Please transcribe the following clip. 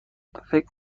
فکر